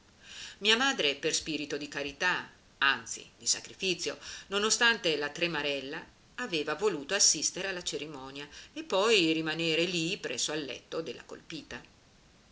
mia madre per spirito di carità anzi di sacrifizio non ostante la tremarella aveva voluto assistere alla cerimonia e poi rimanere lì presso al letto della colpita